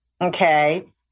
okay